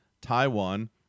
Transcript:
Taiwan